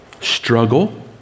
Struggle